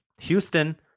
Houston